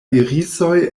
irisoj